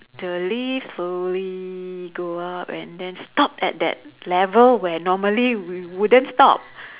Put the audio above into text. the lift slowly go up and then stop at that level where normally we wouldn't stop